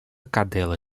cadela